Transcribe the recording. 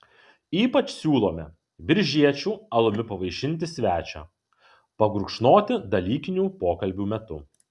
ypač siūlome biržiečių alumi pavaišinti svečią pagurkšnoti dalykinių pokalbių metu